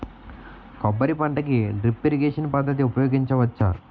కొబ్బరి పంట కి డ్రిప్ ఇరిగేషన్ పద్ధతి ఉపయగించవచ్చా?